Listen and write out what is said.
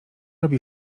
robi